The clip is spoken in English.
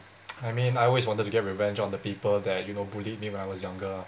I mean I always wanted to get revenge on the people that you know bullied me when I was younger